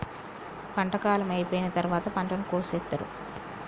పంట కాలం అయిపోయిన తరువాత పంటను కోసేత్తారు